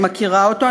אני מכירה אותו,